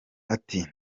ati